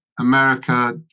America